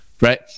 right